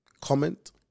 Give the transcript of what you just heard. comment